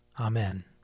Amen